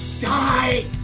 die